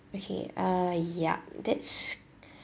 okay uh yup that's